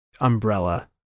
umbrella